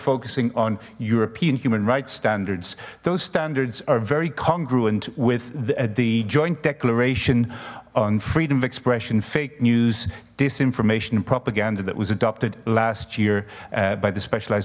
focusing on european human rights standards those standards are very congruent with the joint declaration on freedom of expression fake news disinformation and propaganda that was adopted last year by the specialized